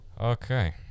Okay